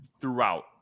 throughout